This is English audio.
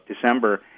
December